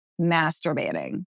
masturbating